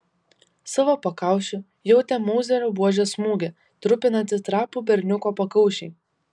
savo pakaušiu jautė mauzerio buožės smūgį trupinantį trapų berniuko pakaušį